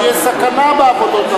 כי יש סכנה בעבודות הבית.